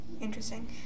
interesting